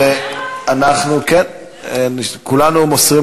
מי שעוקב